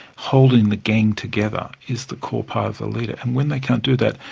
holding the gang together is the key part of the leader and when they can't do that,